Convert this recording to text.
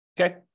Okay